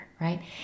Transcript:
right